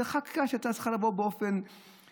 זו חקיקה שהייתה צריכה לבוא באופן מסודר,